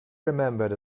remembered